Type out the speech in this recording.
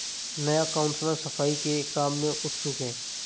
नया काउंसलर सफाई के काम में उत्सुक है